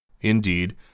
Indeed